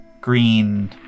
green